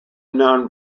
known